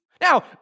Now